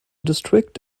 district